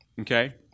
Okay